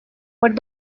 what